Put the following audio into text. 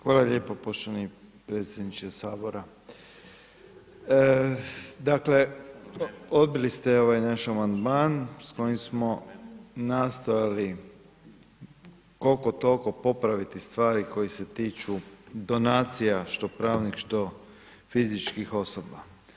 Hvala lijepo poštovani predsjedniče sabora, dakle odbili ste ovaj naš amandman s kojim smo nastojali koliko toliko popraviti stvari koji se tiču donacija što pravih, što fizičkih osoba.